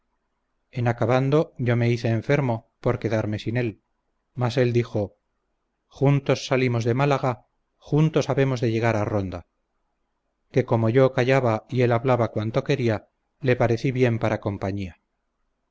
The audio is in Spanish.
en acabando yo me hice enfermo por quedarme sin el mas él dijo juntos salimos de málaga juntos habemos de llegar a ronda que como yo callaba y él hablaba cuanto quería le parecí bien para compañía